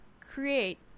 create